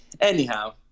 Anyhow